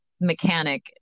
mechanic